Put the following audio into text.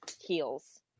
heels